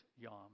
yom